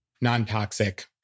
non-toxic